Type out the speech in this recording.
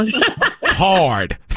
Hard